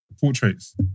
Portraits